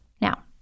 Now